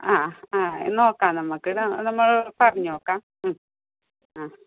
ആ ആ നോക്കാം നമ്മൾക്ക് നമ്മൾ പറഞ്ഞ് നോക്കാം